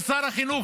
ושר החינוך,